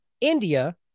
India